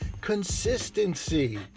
Consistency